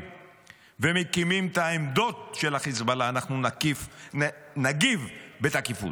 ומקימים את העמדות של חיזבאללה אנחנו נגיב בתקיפות.